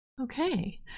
Okay